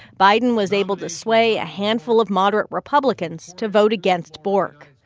biden was able to sway a handful of moderate republicans to vote against bork.